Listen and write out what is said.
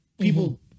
People